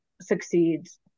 succeeds